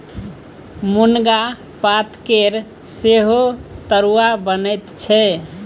मुनगा पातकेर सेहो तरुआ बनैत छै